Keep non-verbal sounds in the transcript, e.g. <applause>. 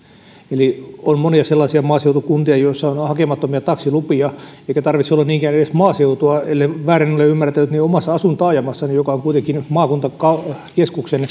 eli on monia sellaisia maaseutukuntia joissa on hakemattomia taksilupia eikä tarvitse olla niinkään edes maaseutua ellen väärin ole ole ymmärtänyt niin omassa asuintaajamassani joka on kuitenkin maakuntakeskuksen <unintelligible>